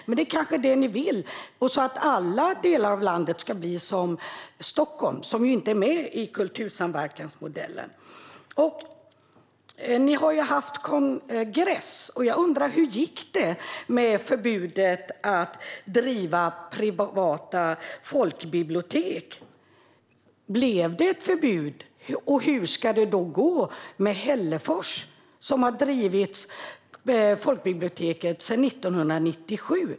Men det är kanske det som ni vill, så att alla delar av landet ska bli som Stockholm, som inte är med i kultursamverkansmodellen. Ni har haft kongress. Jag undrar hur det gick med förbudet mot att driva privata folkbibliotek. Blev det ett förbud, och hur ska det då gå med folkbiblioteket i Hällefors som har drivits sedan 1997?